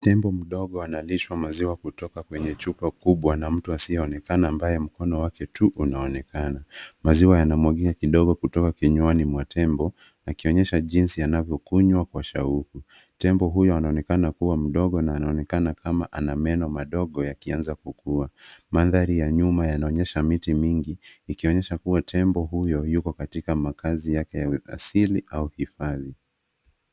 Tembo mdogo analishwa maziwa kutoka kwenye chupa kuwa na mtu asiyeonekana amb aye mkono wake tu unaonekana. Maziwa yanamwagika kidogo kutoka kinywani mwa tembo akionyehsa jinsi anavyo kunywa kwa shauku. Tembo huyo anaonekana kuwa mdogo na anaonekana kama ana meno madogo yakianza kukuwa. Maandhari ya nyuma yanaonyesha miti mingi ikionyesha kuwa temb o huyo hayuko katika makazi yake ya asili au hifadhi.